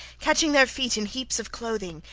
catching their feet in heaps of clothing,